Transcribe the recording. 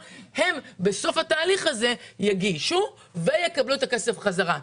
- בסוף התהליך הזה הם יגישו ויקבלו את הכסף בחזרה.